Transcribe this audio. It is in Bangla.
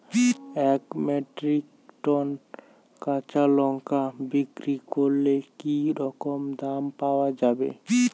এক মেট্রিক টন কাঁচা লঙ্কা বিক্রি করলে কি রকম দাম পাওয়া যাবে?